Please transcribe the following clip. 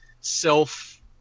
self